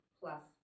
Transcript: plus